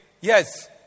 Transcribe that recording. yes